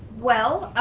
well,